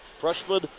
freshman